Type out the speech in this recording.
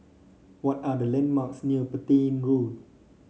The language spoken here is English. what are the landmarks near Petain Road